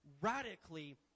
radically